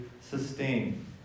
sustain